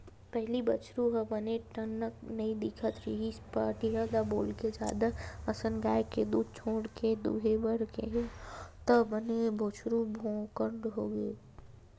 पहिली बछरु ह बने टनक नइ दिखत रिहिस पहाटिया ल बोलके जादा असन गाय के दूद छोड़ के दूहे बर केहेंव तब बने बछरु भोकंड होगे